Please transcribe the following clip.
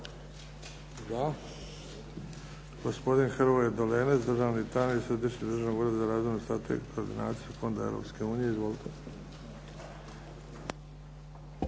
Da.